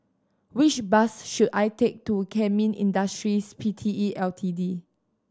which bus should I take to Kemin Industries P T E L T D